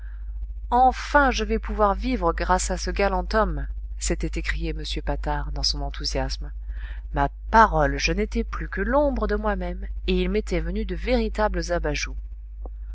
enfin je vais pouvoir vivre grâce à ce galant homme s'était écrié m patard dans son enthousiasme ma parole je n'étais plus que l'ombre de moi-même et il m'était venu de véritables abajoues